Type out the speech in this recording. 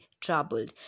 troubled